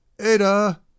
Ada